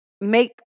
make